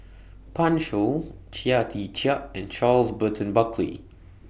Pan Shou Chia Tee Chiak and Charles Burton Buckley